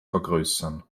vergrößern